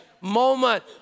moment